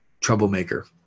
troublemaker